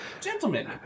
gentlemen